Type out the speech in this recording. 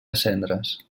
cendres